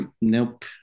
nope